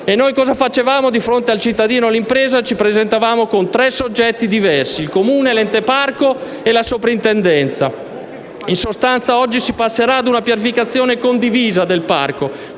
E noi cosa facevamo, di fronte al cittadino o all'impresa? Ci presentavamo con tre soggetti diversi (il comune, l'ente parco e la soprintendenza). Oggi si passerà ad una pianificazione condivisa del parco